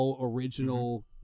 original